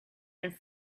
and